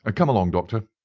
ah come along, doctor.